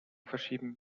verschieben